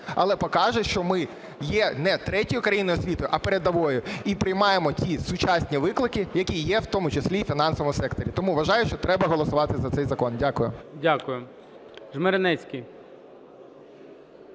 але покаже, що ми є не третьою країною світу, а передовою і приймаємо ті сучасні виклики, які є в тому числі і в фінансовому секторі. Тому вважаю, що треба голосувати за цей закон. Дякую. ГОЛОВУЮЧИЙ. Дякую. Жмеренецький.